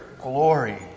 glory